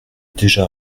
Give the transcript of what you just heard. déjà